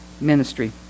ministry